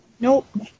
Nope